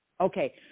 Okay